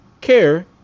care